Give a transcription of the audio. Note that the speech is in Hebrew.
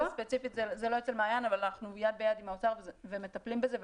זה לא אצל מעין אבל אנחנו יד ביד עם האוצר ומטפלים בזה.